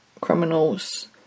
Criminals